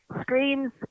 screams